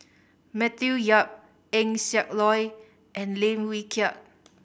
Matthew Yap Eng Siak Loy and Lim Wee Kiak